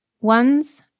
ones